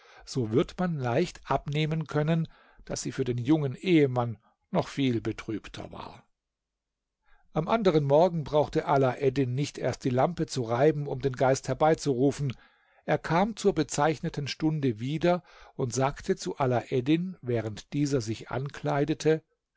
so wird man leicht abnehmen können daß sie für den jungen ehemann noch viel betrübter war am anderen morgen brauchte alaeddin nicht erst die lampe zu reiben um den geist herbeizurufen er kam zur bezeichneten stunde wieder und sagte zu alaeddin während dieser sich ankleidete